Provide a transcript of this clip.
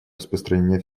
распространения